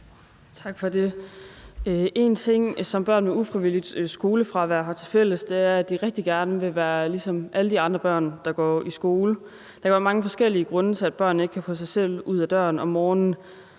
Tak for det. En ting, som børn med ufrivilligt skolefravær har tilfælles, er, at de rigtig gerne vil være ligesom alle de andre børn, der går i skole. Der kan være mange forskellige grunde til, at børn ikke kan få sig selv ud af døren om morgenen,